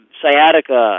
sciatica